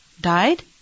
died